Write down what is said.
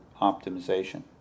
optimization